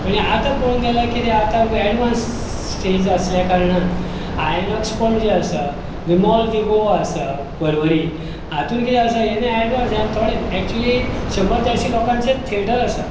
आनी आता पळोवंक गेल्यार कितें आसा एडवांस स्टेज आसल्या कारणान आयनोक्स पणजे आसा मोल दी गोवा आसा परवरी हांतूत कितें आसा एडवांस जे आसा थोडे एक्च्युली शंबर देडशी लोकांचेच थिएटर आसा